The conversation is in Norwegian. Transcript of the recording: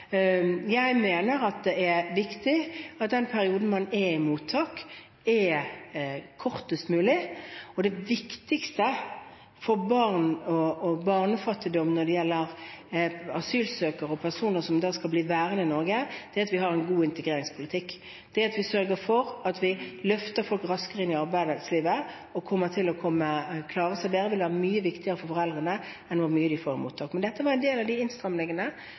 Jeg mener at det er viktig at den perioden man er i mottak, er kortest mulig. Det viktigste for barn og barnefattigdom når det gjelder asylsøkere og personer som skal bli værende i Norge, er at vi har en god integreringspolitikk. Det at vi sørger for at vi løfter folk raskere inn i arbeidslivet, og at de kommer til å klare seg bedre, vil være mye viktigere for foreldrene enn hvor mye penger de får i mottaket. Dette var en del av de